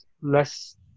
less